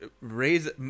raise